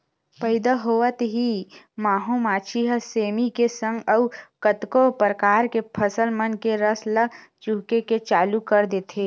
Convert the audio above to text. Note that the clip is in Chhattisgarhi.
पइदा होवत ही माहो मांछी ह सेमी के संग अउ कतको परकार के फसल मन के रस ल चूहके के चालू कर देथे